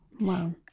Wow